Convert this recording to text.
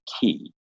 key